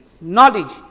knowledge